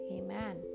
Amen